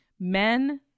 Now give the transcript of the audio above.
Men